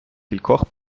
кількох